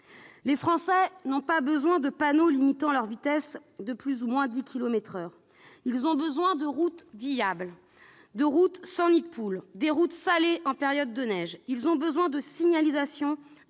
Les Français n'ont pas besoin de panneaux limitant leur vitesse de plus ou moins 10 kilomètres par heure ; ils ont besoin de routes viables, sans nid-de-poule, salées en période de neige ; ils ont besoin de signalisation